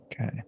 Okay